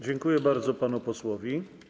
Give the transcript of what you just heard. Dziękuję bardzo panu posłowi.